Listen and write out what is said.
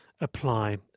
apply